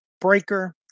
Breaker